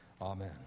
amen